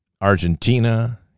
Argentina